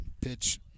pitch